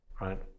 right